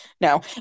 No